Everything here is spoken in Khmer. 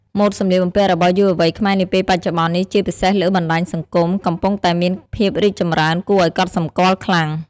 ម៉ូដសម្លៀកបំពាក់របស់យុវវ័យខ្មែរនាពេលបច្ចុប្បន្ននេះ ជាពិសេសលើបណ្ដាញសង្គម កំពុងតែមានភាពរីកចម្រើនគួរឲ្យកត់សម្គាល់ខ្លាំង។